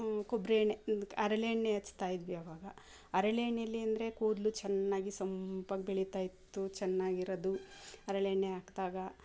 ಕೊಬ್ಬರಿ ಎಣ್ಣೆ ಮುಂದ್ಕೆ ಹರಳೆಣ್ಣೆ ಹಚ್ತಾಯಿದ್ವಿ ಆವಾಗ ಹರಳೆಣ್ಣೆಯಲ್ಲಿ ಅಂದರೆ ಕೂದಲು ಚೆನ್ನಾಗಿ ಸೊಂಪಾಗಿ ಬೆಳಿತಾಯಿತ್ತು ಚೆನ್ನಾಗಿರೋದು ಹರಳೆಣ್ಣೆ ಹಾಕ್ದಾಗ